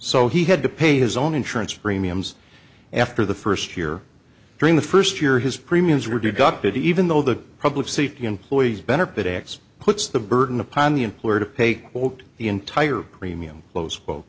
so he had to pay his own insurance premiums after the first year during the first year his premiums were deducted even though the public safety employees benefit x puts the burden upon the employer to pay the entire premium close